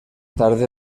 tarde